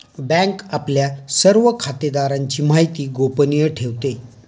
bank आपल्या सर्व खातेदारांची माहिती गोपनीय ठेवते